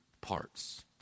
parts